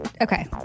Okay